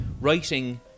writing